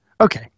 Okay